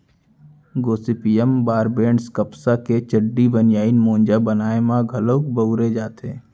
Gossypium barbadense कपसा के चड्डी, बनियान, मोजा बनाए म घलौ बउरे जाथे